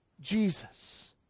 Jesus